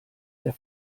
der